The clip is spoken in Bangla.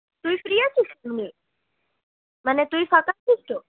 তুই ফ্রী আছিস মানে তুই ফাঁকা আছিস তো